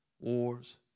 wars